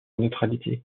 neutralité